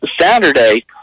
Saturday